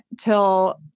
till